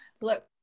Look